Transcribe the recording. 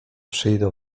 przyjdą